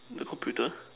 the computer